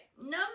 number